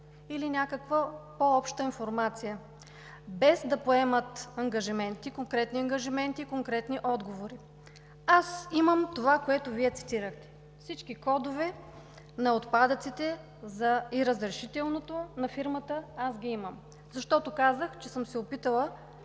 или някаква по-обща информация, без да поемат конкретни ангажименти и конкретни отговори. Аз имам това, което Вие цитирахте. Всички кодове на отпадъците и разрешителното на фирмата ги имам, защото казах, че съм се опитала